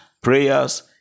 prayers